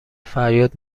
فریاد